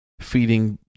feeding